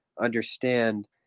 understand